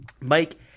Mike